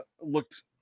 Looked